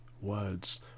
words